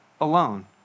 alone